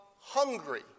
hungry